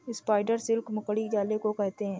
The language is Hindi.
स्पाइडर सिल्क मकड़ी जाले को कहते हैं